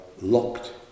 locked